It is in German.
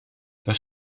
das